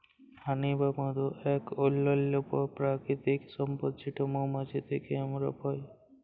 হানি বা মধু ইক অনল্য পারকিতিক সম্পদ যেট মোমাছি থ্যাকে আমরা পায়